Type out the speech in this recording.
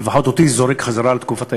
לפחות אותי זה זורק חזרה לתקופת הילדות,